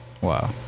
Wow